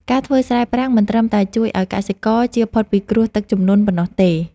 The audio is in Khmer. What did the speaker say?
ការធ្វើស្រែប្រាំងមិនត្រឹមតែជួយឱ្យកសិករជៀសផុតពីគ្រោះទឹកជំនន់ប៉ុណ្ណោះទេ។